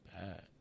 bad